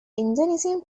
indonesian